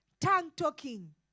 tongue-talking